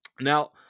Now